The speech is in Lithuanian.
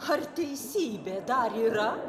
ar teisybė dar yra